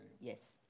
Yes